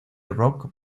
rock